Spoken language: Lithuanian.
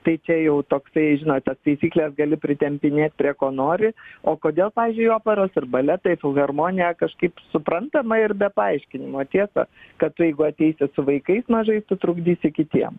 tai čia jau toksai žinot tas taisykles gali pritempinėt prie ko nori o kodėl pavyzdžiui operos ir baletai filharmonija kažkaip suprantama ir be paaiškinimo tiesa kad tu jeigu ateisi su vaikais mažais tu trukdysi kitiem